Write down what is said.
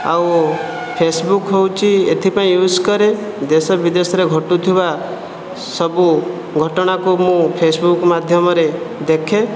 ଆଉ ଫେସବୁକ୍ ହେଉଛି ଏଥିପାଇଁ ୟୁଜ୍ କରେ ଦେଶ ବିଦେଶରେ ଘଟୁଥିବା ସବୁ ଘଟଣାକୁ ମୁଁ ଫେସବୁକ୍ ମାଧ୍ୟମରେ ଦେଖେ